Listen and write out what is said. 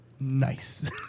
Nice